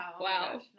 Wow